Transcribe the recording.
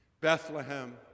Bethlehem